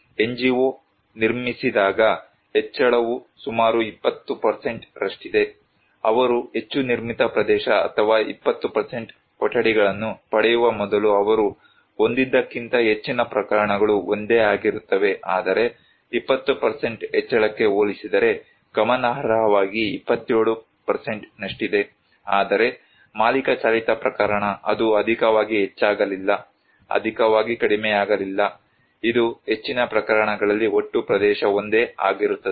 NGO ನಿರ್ಮಿಸಿದಾಗ ಹೆಚ್ಚಳವು ಸುಮಾರು 20 ರಷ್ಟಿದೆ ಅವರು ಹೆಚ್ಚು ನಿರ್ಮಿತ ಪ್ರದೇಶ ಅಥವಾ 20 ಕೊಠಡಿಗಳನ್ನು ಪಡೆಯುವ ಮೊದಲು ಅವರು ಹೊಂದಿದ್ದಕ್ಕಿಂತ ಹೆಚ್ಚಿನ ಪ್ರಕರಣಗಳು ಒಂದೇ ಆಗಿರುತ್ತವೆ ಆದರೆ 20 ಹೆಚ್ಚಳಕ್ಕೆ ಹೋಲಿಸಿದರೆ ಗಮನಾರ್ಹವಾಗಿ 27 ನಷ್ಟಿದೆ ಆದರೆ ಮಾಲೀಕ ಚಾಲಿತ ಪ್ರಕರಣ ಅದು ಅಧಿಕವಾಗಿ ಹೆಚ್ಚಾಗಲಿಲ್ಲ ಅಧಿಕವಾಗಿ ಕಡಿಮೆಯಾಗಲಿಲ್ಲ ಇದು ಹೆಚ್ಚಿನ ಪ್ರಕರಣಗಳಲ್ಲಿ ಒಟ್ಟು ಪ್ರದೇಶ ಒಂದೇ ಆಗಿರುತ್ತದೆ